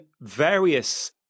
various